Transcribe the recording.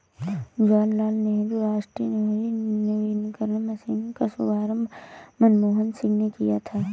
जवाहर लाल नेहरू राष्ट्रीय शहरी नवीकरण मिशन का शुभारम्भ मनमोहन सिंह ने किया था